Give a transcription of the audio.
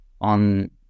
on